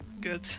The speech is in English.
Good